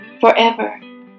forever